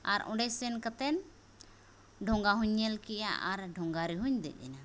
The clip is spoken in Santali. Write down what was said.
ᱟᱨ ᱚᱸᱰᱮ ᱥᱮᱱ ᱠᱟᱛᱮᱱ ᱰᱷᱚᱸᱜᱟᱦᱚᱧ ᱧᱮᱞᱠᱮᱫᱼᱟ ᱟᱨ ᱰᱷᱚᱸᱜᱟᱨᱮᱦᱚᱧ ᱫᱮᱡᱮᱱᱟ